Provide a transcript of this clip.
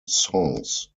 songs